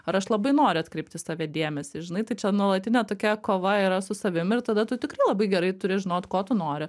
ar aš labai noriu atkreipt į save dėmesį žinai tai čia nuolatinė tokia kova yra su savim ir tada tu tikrai labai gerai turi žinot ko tu nori